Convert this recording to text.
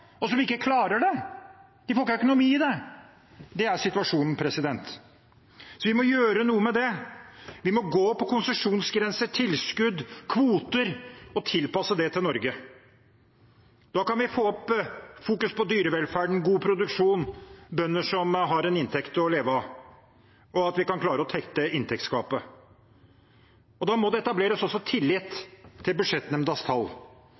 og som ikke klarer det. De får ikke økonomi i det, det er situasjonen. Vi må gjøre noe med det, vi må gå på konsesjonsgrense, tilskudd og kvoter og tilpasse det til Norge. Da kan vi få opp fokuset på dyrevelferden, god produksjon og bønder som har en inntekt å leve av, at vi kan klare å tette inntektsgapet. Da må det også etableres tillit til Budsjettnemndas tall.